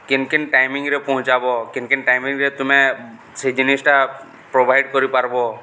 କେନ୍ କେନ୍ ଟାଇମିଂରେ ପହଞ୍ଚାବ କେନ୍ କେନ୍ ଟାଇମିଂରେେ ତୁମେ ସେ ଜିନିଷ୍ଟା ପ୍ରୋଭାଇଡ଼୍ କରିପାର୍ବ